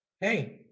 hey